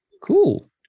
Cool